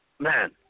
Man